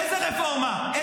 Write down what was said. איזה רפורמה?